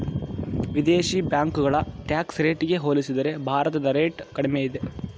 ವಿದೇಶಿ ಬ್ಯಾಂಕುಗಳ ಟ್ಯಾಕ್ಸ್ ರೇಟಿಗೆ ಹೋಲಿಸಿದರೆ ಭಾರತದ ರೇಟ್ ಕಡಿಮೆ ಇದೆ